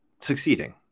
succeeding